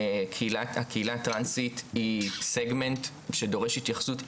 הקהילה הטרנסית היא סגמנט שדורש התייחסות ייחודית,